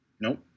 Nope